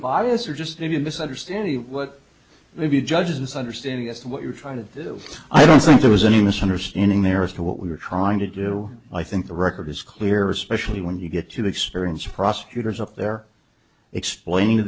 bias or just maybe misunderstanding what if you judges understanding as to what you're trying to do i don't think there was any misunderstanding there as to what we were trying to do i think the record is clear especially when you get to experience prosecutors up there explaining to